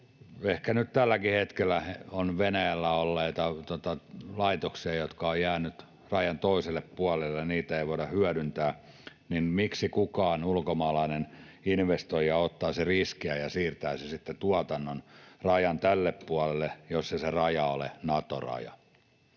ehkä nyt tälläkin hetkellä on Venäjällä olleita laitoksia, jotka ovat jääneet rajan toiselle puolelle, ja niitä ei voida hyödyntää, niin miksi kukaan ulkomaalainen investoija ottaisi riskiä ja siirtäisi tuotannon rajan tälle puolelle, jos ei se raja ole Nato-raja?